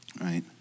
right